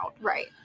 Right